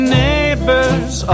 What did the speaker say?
neighbors